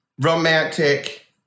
Romantic